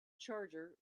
charger